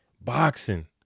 boxing